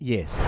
Yes